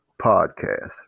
podcast